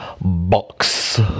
Box